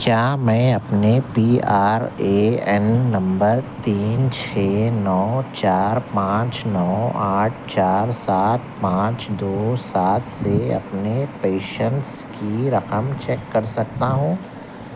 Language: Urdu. کیا میں اپنے P R A N number تین چھ نو چار پانچ نو آٹھ چار سات پانچ دو سات سے اپنے پیشنس کی رقم چیک کر سکتا ہوں